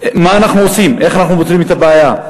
מה אנחנו עושים, איך אנחנו פותרים את הבעיה.